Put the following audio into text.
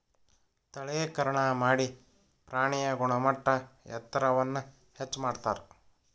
ತಳೇಕರಣಾ ಮಾಡಿ ಪ್ರಾಣಿಯ ಗುಣಮಟ್ಟ ಎತ್ತರವನ್ನ ಹೆಚ್ಚ ಮಾಡತಾರ